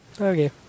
Okay